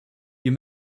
you